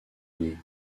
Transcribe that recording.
unis